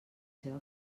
seva